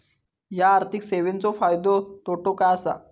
हया आर्थिक सेवेंचो फायदो तोटो काय आसा?